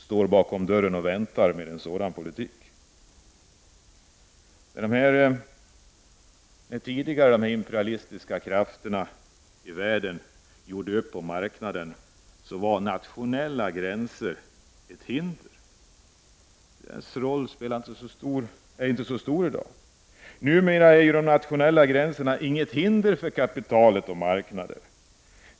Om vi för en sådan politik, står tvåtredjedelssamhället och väntar bakom dörren. När de imperialistiska krafterna i världen tidigare gjorde upp om marknaden var nationella gränser ett hinder. Gränsernas roll är i dag inte så stor. Numera är de nationella gränserna inget hinder för kapital och marknader.